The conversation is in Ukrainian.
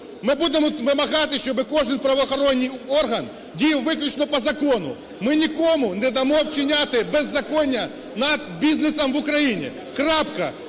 Ми будемо вимагати, щоб кожний правоохоронний орган діяв виключно по закону. Ми нікому не дамо вчиняти беззаконня над бізнесом в Україні. Крапка.